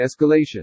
escalation